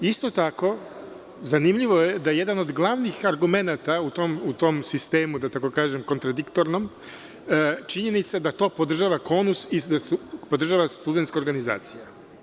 Isto tako, zanimljivo je da je jedan od glavnih argumenata u tom sistemu, da tako kažem, kontradiktornom, činjenica da to podržava KONUS, podržava Studentska organizacija.